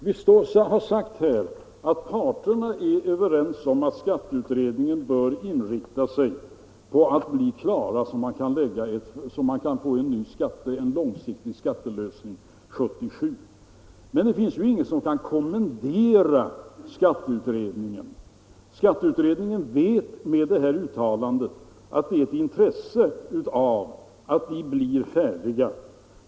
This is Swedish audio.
Vi har sagt att parterna är överens om att skatteutredningen bör inrikta sig på att bli klar, så att man kan få en långsiktig skattelösning 1977, men det finns ju ingen som kan kommendera skatteutredningen. Den vet genom det här uttalandet att det finns ett intresse av att den blir färdig.